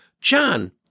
John